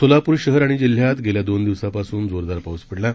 सोलापूर शहर आणि जिल्ह्यात गेल्या दोन दिवसापासून जोरदार पाऊस पडला आहे